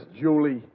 Julie